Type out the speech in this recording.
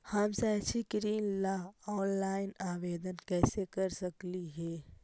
हम शैक्षिक ऋण ला ऑनलाइन आवेदन कैसे कर सकली हे?